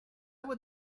would